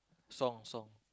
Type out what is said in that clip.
song song